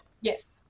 Yes